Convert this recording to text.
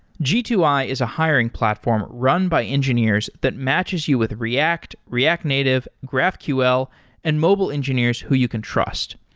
g two i is a hiring platform run by engineers that matches you with react, react native, graphql and mobile engineers who you can trust.